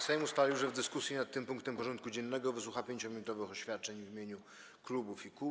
Sejm ustalił, że w dyskusji nad tym punktem porządku dziennego wysłucha 5-minutowych oświadczeń w imieniu klubów i kół.